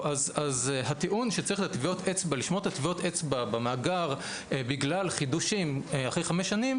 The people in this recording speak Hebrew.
הטיעון שצריך לשמור את טביעות האצבע במאגר בגלל חידושים אחרי חמש שנים,